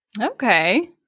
okay